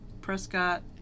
Prescott